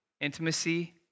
intimacy